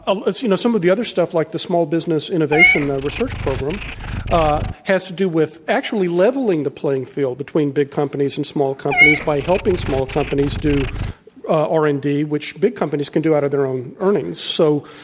um you know, some of the other stuff, like the small business innovation research program ah had to do with actually leveling the playing field between big companies and small companies by helping small companies do r and d, which big companies can do out of their own earnings. so